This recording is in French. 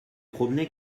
promener